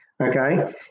Okay